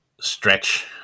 stretch